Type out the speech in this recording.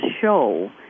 show